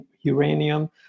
uranium